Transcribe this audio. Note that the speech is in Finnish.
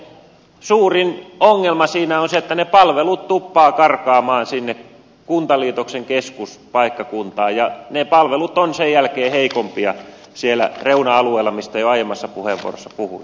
se suurin ongelma siinä on se että ne palvelut tuppaavat karkaamaan sinne kuntaliitoksen keskuspaikkakuntaan ja ne palvelut ovat sen jälkeen heikompia siellä reuna alueilla mistä jo aiemmassa puheenvuorossa puhuin